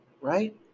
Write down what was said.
right